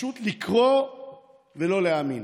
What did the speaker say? פשוט לקרוא ולא להאמין.